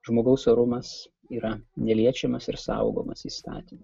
žmogaus orumas yra neliečiamas ir saugomas įstatymų